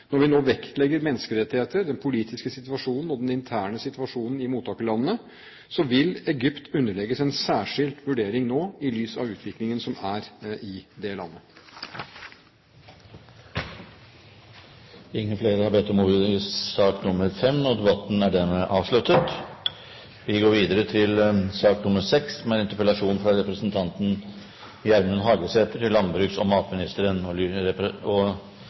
når vi vektlegger menneskerettigheter, den politiske situasjonen og den interne situasjonen i mottakerlandene, vil Egypt nå underlegges en særskilt vurdering i lys av utviklingen som er i det landet. Flere har ikke bedt om ordet til sak nr. 5. Som det er beskrive i interpellasjonen, er Noreg eit av få land i verda som har buplikt. Vi har både personleg buplikt, som må oppfyllast ved at ein bur der personleg, og